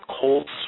Cold